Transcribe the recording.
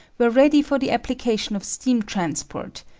were ready for the application of steam transport,